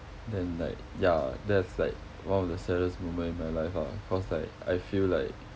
then like ya that's like one of the saddest moment in my life ah cause like I feel like